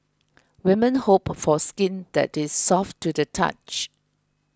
women hope for skin that is soft to the touch